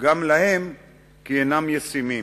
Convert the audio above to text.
גם להם כי אינם ישימים.